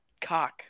Cock